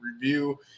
review